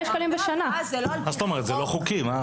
מה זאת אומרת, זה לא חוקי.